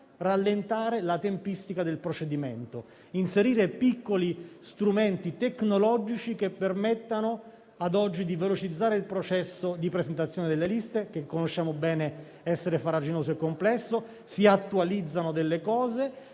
rallentare la tempistica del procedimento, inserendo piccoli strumenti tecnologici che permettano ad oggi di velocizzare il processo di presentazione delle liste, che sappiamo essere farraginoso e complesso. Si attualizzano inoltre